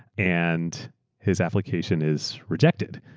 and his application is rejected,